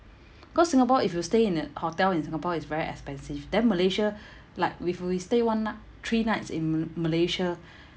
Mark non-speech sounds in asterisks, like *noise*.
because singapore if you stay in a hotel in singapore it's very expensive then malaysia *breath* like we've we always stay one night three nights in m~ malaysia *breath*